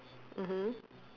mmhmm